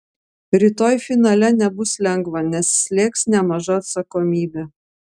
rytoj finale nebus lengva nes slėgs nemaža atsakomybė